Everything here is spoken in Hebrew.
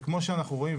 וכמו שאנחנו רואים,